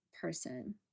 person